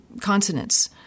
consonants